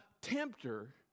tempter